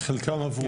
חלקם הקטן עבר.